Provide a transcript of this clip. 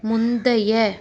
முந்தைய